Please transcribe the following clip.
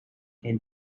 and